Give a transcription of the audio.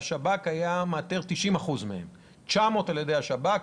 והשב"כ היה מאתר 90% מהם 900 על ידי השב"כ,